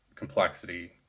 complexity